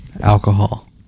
Alcohol